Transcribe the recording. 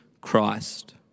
Christ